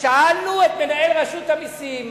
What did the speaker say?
שאלנו את מנהל רשות המסים,